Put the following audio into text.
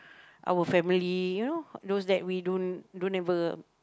our family you know those that we don't don't ever